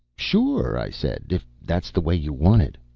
sure, i said, if that's the way you want it.